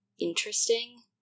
interesting